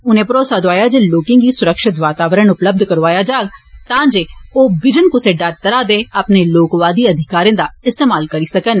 उनें भरोसा दोआया जे लोकें गी सुरक्षित वातावरण उपलब्ध करोआया जाग तांजे ओह बिजन कुसा डर त्राह् दे अपने लोकवादी अधिकारें दा इस्तेमाल करी सकन